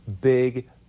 big